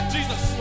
Jesus